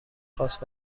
خواست